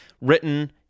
written